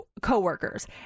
coworkers